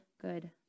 good